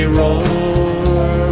roar